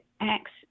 acts